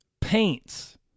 paints